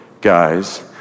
guys